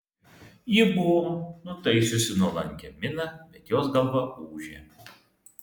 ji buvo nutaisiusi nuolankią miną bet jos galva ūžė